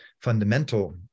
fundamental